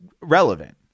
relevant